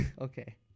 Okay